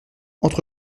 entre